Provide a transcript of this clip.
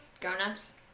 grown-ups